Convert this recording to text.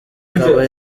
ikaba